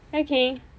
okay